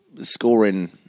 scoring